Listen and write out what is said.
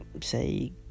say